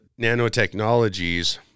Nanotechnologies